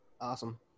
Awesome